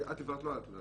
את דיברת לא על עתודה,